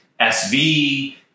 SV